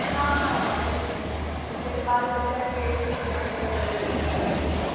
हँ हँ हँ ओ सभ कहै छै बालबच्चाके सुखी राखै लए करल जाइ छै व्रत ई